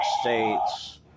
States